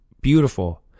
Beautiful